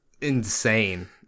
insane